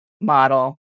model